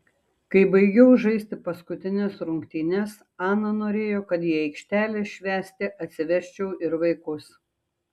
kai baigiau žaisti paskutines rungtynes ana norėjo kad į aikštelę švęsti atsivesčiau ir vaikus